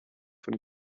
von